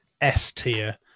S-tier